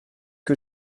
que